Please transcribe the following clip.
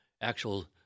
actual